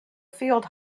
field